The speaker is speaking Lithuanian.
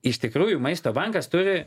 iš tikrųjų maisto bankas turi